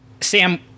sam